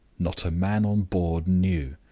not a man on board knew.